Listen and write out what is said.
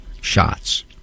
shots